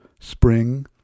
Spring